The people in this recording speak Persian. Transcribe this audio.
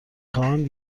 خواهم